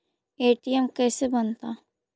ATM कैसे बनता?